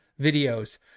videos